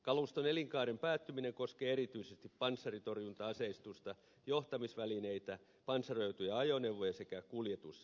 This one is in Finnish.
kaluston elinkaaren päättyminen koskee erityisesti panssarintorjunta aseistusta johtamisvälineitä panssaroituja ajoneuvoja sekä kuljetuskalustoa